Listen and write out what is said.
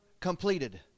completed